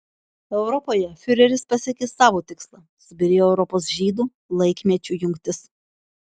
europoje fiureris pasiekė savo tikslą subyrėjo europos žydų laikmečių jungtis